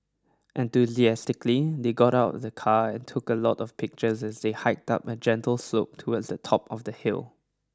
enthusiastically they got out of the car and took a lot of pictures as they hiked up a gentle slope towards the top of the hill